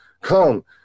come